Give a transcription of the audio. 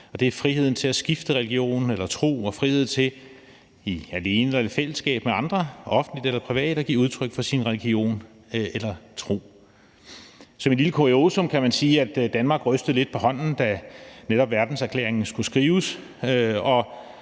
omfatter frihed til at skifte religion eller tro og frihed til enten alene eller i fællesskab med andre, offentligt eller privat, at give udtryk for sin religion eller tro ...« Som et lille kuriosum kan man sige, at Danmark rystede lidt på hånden, da netop verdenserklæringen skulle skrives,